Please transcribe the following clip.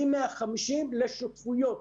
מ-150 לשותפויות.